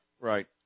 right